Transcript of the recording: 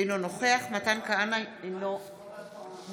אינו נוכח מתן כהנא, אינו נוכח